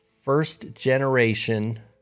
first-generation